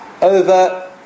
over